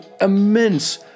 immense